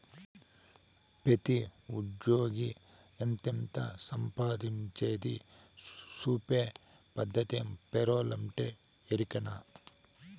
పెతీ ఉజ్జ్యోగి ఎంతెంత సంపాయించేది సూపే పద్దతే పేరోలంటే, ఎరికనా